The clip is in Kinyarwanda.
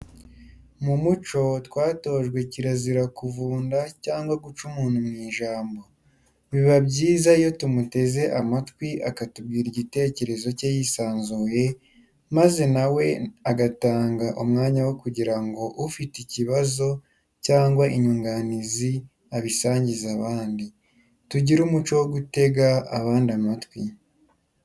Mu muco twatojwe kirazira kuvunda cyangwa guca umuntu mu ijambo. Biba byiza iyo tumuteze amatwi akatubwira igitekerezo cye yisanzuye, maze na we agatanga umwanya wo kugira ngo ufite ikibazo cyangwa inyunganizi abisangize abandi. Tugire umuco wo gutega abandi amatwi.